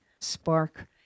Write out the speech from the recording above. spark